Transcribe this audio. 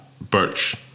birch